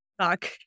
talk